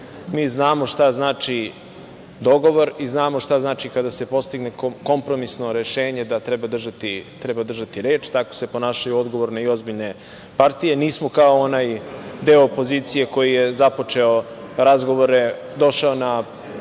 Mi znamo šta znači dogovor i znamo šta znači kada se postigne kompromisno rešenje da treba držati reč. Tako se ponašaju odgovorne i ozbiljne partije. Nismo kao onaj deo opozicije koji je započeo razgovore, došao na